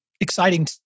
exciting